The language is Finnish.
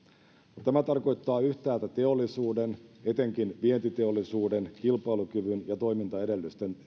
tämä tarkoittaa yhtäältä teollisuuden etenkin vientiteollisuuden kilpailukyvyn ja toimintaedellytysten